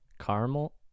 caramel